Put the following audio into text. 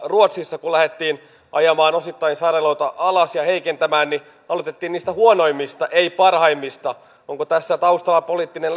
ruotsissa kun lähdettiin ajamaan osittain sairaaloita alas ja heikentämään niin aloitettiin niistä huonoimmista ei parhaimmista onko tässä taustalla poliittinen